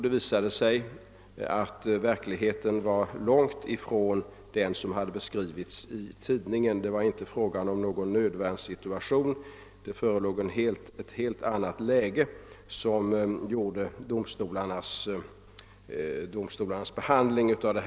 Det visade sig att verkligheten var långtifrån den som hade beskrivits i tidningen. Det var inte fråga om någon nödvärnssituation; det förelåg ett helt annat läge, och fallet kom i en helt annan dager vid domstolarnas behandling av målet.